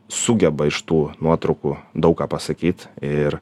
sugeba iš tų nuotraukų daug ką pasakyt ir